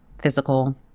physical